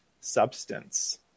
substance